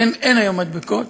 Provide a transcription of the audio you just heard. אין היום מדבקות.